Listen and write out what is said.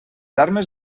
armes